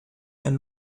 and